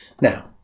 Now